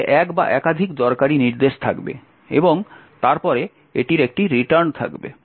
এতে এক বা একাধিক দরকারী নির্দেশ থাকবে এবং তারপরে এটির একটি রিটার্ন থাকবে